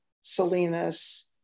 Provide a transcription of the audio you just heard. Salinas